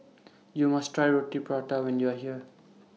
YOU must Try Roti Prata when YOU Are here